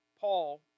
Paul